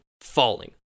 falling